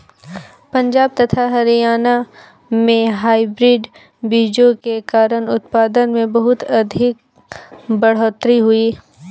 पंजाब तथा हरियाणा में हाइब्रिड बीजों के कारण उत्पादन में बहुत अधिक बढ़ोतरी हुई